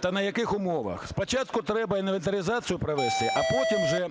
та на яких умовах. Спочатку треба інвентаризацію провести, а потім вже